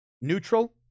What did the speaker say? Neutral